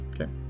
Okay